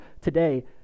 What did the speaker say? today